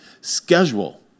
Schedule